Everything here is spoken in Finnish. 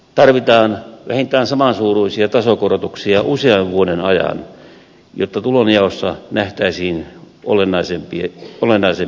tarvitaan vähintään samansuuruisia tasokorotuksia usean vuoden ajan jotta tulonjaossa nähtäisiin olennaisempi muutos